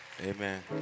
Amen